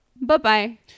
Bye-bye